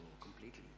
completely